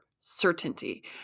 certainty